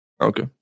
Okay